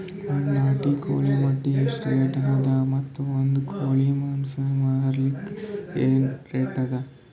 ಒಂದ್ ನಾಟಿ ಕೋಳಿ ಮೊಟ್ಟೆ ಎಷ್ಟ ರೇಟ್ ಅದ ಮತ್ತು ಒಂದ್ ಕೋಳಿ ಮಾಂಸ ಮಾರಲಿಕ ಏನ ರೇಟ್ ಅದ?